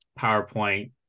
PowerPoint